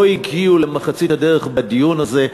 לא הגיעו למחצית הדרך בדיון הזה.